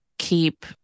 keep